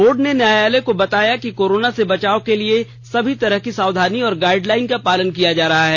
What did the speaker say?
board ने न्यायालय को बताया कि कोरोना से बचाव के लिए सभी तरह की सावधानी और गाइडलाइन का पालन किया जा रहा है